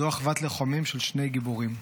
זאת אחוות לוחמים של שני גיבורים.